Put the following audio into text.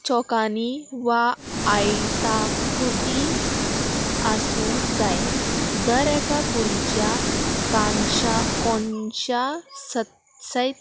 चौकांनी वा आयता कुती आसूंक जाय दर एका कुडीच्या कानशा कोनशा सयत